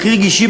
הכי רגישים,